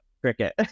cricket